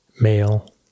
male